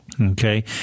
Okay